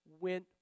went